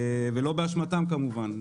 ולא באשמתם כמובן,